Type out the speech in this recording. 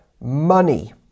money